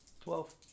Twelve